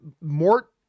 mort